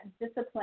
discipline